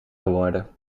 geworden